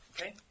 Okay